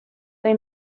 they